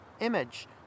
image